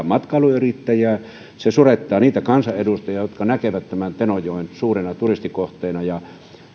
matkailuyrittäjiä se surettaa niitä kansanedustajia jotka näkevät tämän tenojoen suurena turistikohteena